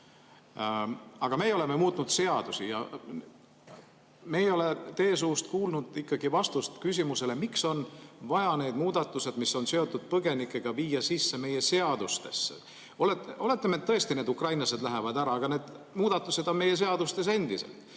Aga meie oleme muutnud seadusi. Me ei ole teie suust kuulnud ikkagi vastust küsimusele, miks on vaja need muudatused, mis on seotud põgenikega, viia sisse meie seadustesse. Oletame, et tõesti need ukrainlased lähevad ära, aga need muudatused on meie seadustes endiselt.